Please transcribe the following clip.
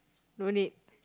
no need